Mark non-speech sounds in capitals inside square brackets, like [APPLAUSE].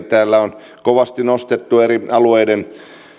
[UNINTELLIGIBLE] täällä on kovasti nostettu eri alueiden